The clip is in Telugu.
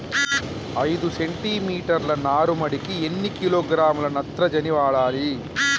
ఐదు సెంటి మీటర్ల నారుమడికి ఎన్ని కిలోగ్రాముల నత్రజని వాడాలి?